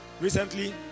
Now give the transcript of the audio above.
recently